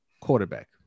quarterback